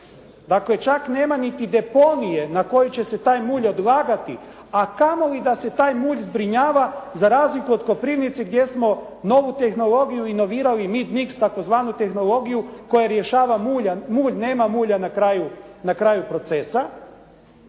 Dakle čak nema niti deponije na koje će se taj mulj odlagati a kamoli da se taj mulj zbrinjava za razliku od Koprivnice gdje smo novu tehnologiju inovirali mi, «Nigs» takozvanu tehnologiju koja rješava mulj. Nema mulja na kraju, na